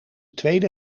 tweede